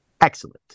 Excellent